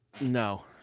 No